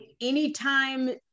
anytime